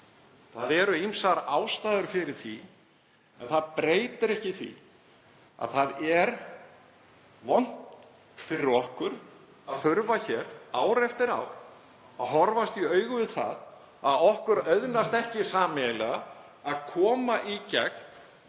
kerfið. Ýmsar ástæður eru fyrir því en það breytir ekki því að það er vont fyrir okkur að þurfa ár eftir ár að horfast í augu við það að okkur auðnast ekki sameiginlega að koma í gegn